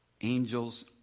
angels